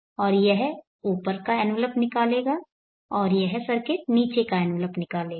और यह ऊपर का एनवलप निकालेगा और यह सर्किट नीचे का एनवलप निकालेगा